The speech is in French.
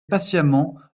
patiemment